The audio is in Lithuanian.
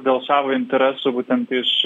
dėl savo interesų būtent iš